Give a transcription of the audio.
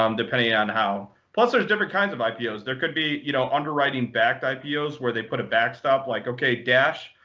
um depending on how also, there's different kinds of ipos. there could be you know underwriting backed ipos, where they put a backstop. like, ok, dash,